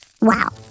Wow